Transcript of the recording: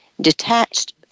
detached